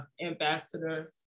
ambassador